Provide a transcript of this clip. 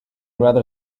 rather